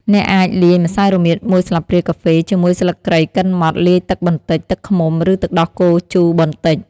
អ្នកអាចលាយម្សៅរមៀតមួយស្លាបព្រាកាហ្វេជាមួយស្លឹកគ្រៃកិនម៉ដ្ឋ លាយទឹកបន្តិច ទឹកឃ្មុំ ឬទឹកដោះគោជូរបន្តិច។